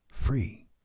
free